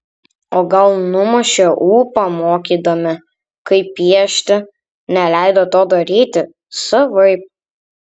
o gal numušė ūpą mokydami kaip piešti neleido to daryti savaip